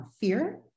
fear